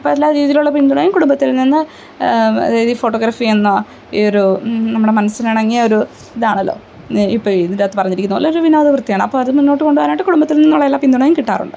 ഇപ്പം എല്ലാ രീതിയിലുള്ള പിന്തുണയും കുടുംബത്തിൽനിന്ന് അതായത് ഈ ഫോട്ടോഗ്രഫി എന്ന ഈ ഒരു നമ്മുടെ മനസ്സിനിണങ്ങിയ ഒരു ഇതാണല്ലോ ഇപ്പം ഇതിൻറ്റകത്ത് പറഞ്ഞിരിക്കുന്നപോലെ ഒരു വിനോദ വൃത്തിയാണ് അപ്പം അത് മുന്നോട്ട് കൊണ്ടുപോവാനായിട്ട് കുടുംബത്തിൽ നിന്നുള്ള എല്ലാ പിന്തുണയും കിട്ടാറുണ്ട്